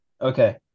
okay